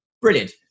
brilliant